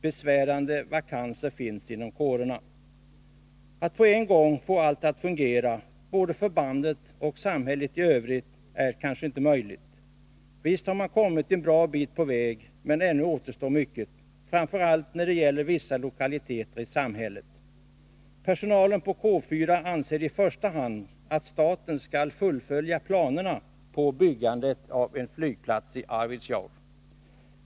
Besvärande vakanser finns inom kårerna. Att på en gång få allt att fungera både på förbandet och i samhället är kanske inte möjligt. Visst har man kommit en bra bit på väg, men ännu återstår mycket, framför allt när det gäller vissa lokaliteter i samhället. Personalen på K 4 anser att staten i första hand skall fullfölja planerna på byggandet av en flygplats i Arvidsjaur.